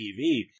TV